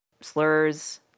slurs